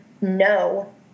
no